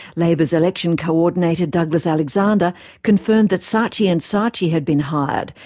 labour's election coordinator douglas alexander confirmed that saatchi and saatchi had been hired,